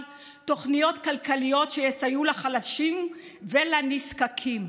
תוכניות כלכליות שיסייעו לחלשים ולנזקקים.